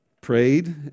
prayed